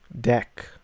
deck